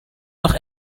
noch